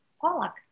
Pollock